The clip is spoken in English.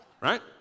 Right